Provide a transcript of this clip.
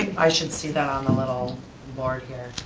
i should see that on the little board here.